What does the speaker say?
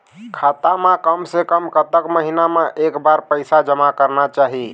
खाता मा कम से कम कतक महीना मा एक बार पैसा जमा करना चाही?